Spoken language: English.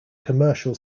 commercial